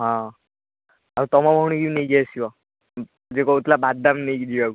ହଁ ଆଉ ତୁମ ଭଉଣୀକୁ ନେଇକି ଆସିବ ଯିଏ କହୁଥିଲା ବାଦାମ ନେଇକି ଯିବାକୁ